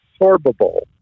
absorbable